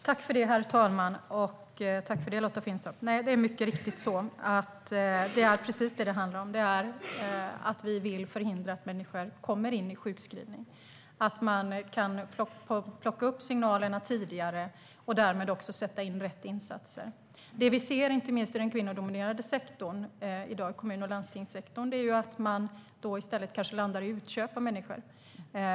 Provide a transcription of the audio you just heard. Herr talman! Tack för det, Lotta Finstorp! Det är mycket riktigt precis vad det handlar om, alltså att vi vill förhindra att människor kommer in i sjukskrivning. Man ska kunna plocka upp signalerna tidigare och därmed också sätta in rätt insatser. Det vi ser inte minst i den kvinnodominerade sektorn i dag, kommun och landstingssektorn, är att det i stället kanske landar i utköp av människor.